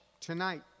Tonight